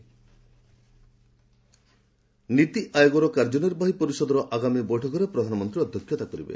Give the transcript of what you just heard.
PM NITI Aayog NITI ଆୟୋଗର କାର୍ଯ୍ୟନିର୍ବାହୀ ପରିଷଦର ଆଗାମୀ ବୈଠକରେ ପ୍ରଧାନମନ୍ତ୍ରୀ ଅଧ୍ୟକ୍ଷତା କରିବେ